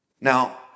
Now